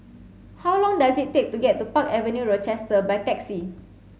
how long does it take to get to Park Avenue Rochester by taxi